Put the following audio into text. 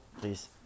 please